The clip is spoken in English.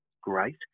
great